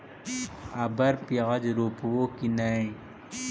अबर प्याज रोप्बो की नय?